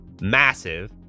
massive